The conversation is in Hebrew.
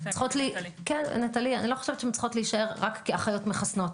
- נטלי לא חושבת שצריכות להישאר רק כאחיות מחסנות.